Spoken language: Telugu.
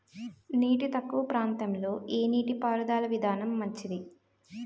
నీరు తక్కువ ప్రాంతంలో ఏ నీటిపారుదల విధానం మంచిది?